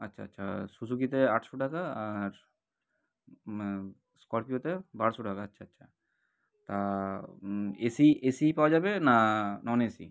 আচ্ছা আচ্ছা সুজুকিতে আটশো টাকা আর স্করপিওতে বারোশো টাকা আচ্ছা আচ্ছা তা এসি এসি পাওয়া যাবে না নন এসি